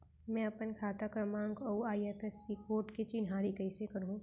मैं अपन खाता क्रमाँक अऊ आई.एफ.एस.सी कोड के चिन्हारी कइसे करहूँ?